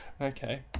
Okay